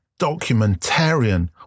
documentarian